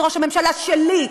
זה ראש הממשלה שלי,